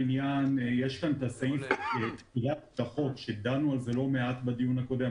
יש כאן את סעיף תחולת החוק בו דנו לא מעט בדיון הקודם.